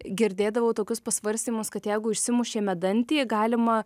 girdėdavau tokius pasvarstymus kad jeigu išsimušėme dantį galima